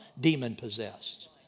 demon-possessed